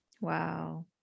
Wow